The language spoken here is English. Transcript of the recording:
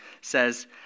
says